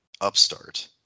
upstart